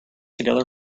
together